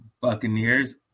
Buccaneers